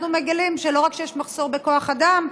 אנחנו מגלים שלא רק שיש מחסור בכוח אדם,